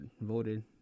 voted